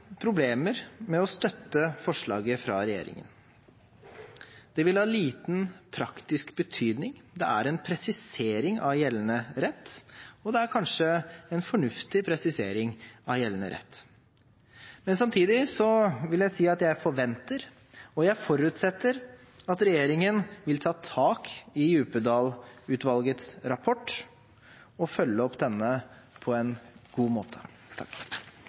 problemer med å støtte forslaget fra regjeringen. Det vil ha liten praktisk betydning. Det er en presisering av gjeldende rett, og det er kanskje en fornuftig presisering av gjeldende rett. Samtidig vil jeg si at jeg forventer – og jeg forutsetter – at regjeringen vil ta tak i Djupedal-utvalgets rapport og følge opp denne på en god måte.